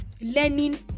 learning